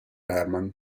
herman